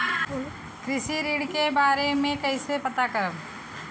कृषि ऋण के बारे मे कइसे पता करब?